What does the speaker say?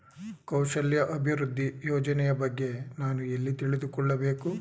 ಕೌಶಲ್ಯ ಅಭಿವೃದ್ಧಿ ಯೋಜನೆಯ ಬಗ್ಗೆ ನಾನು ಎಲ್ಲಿ ತಿಳಿದುಕೊಳ್ಳಬೇಕು?